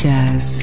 Jazz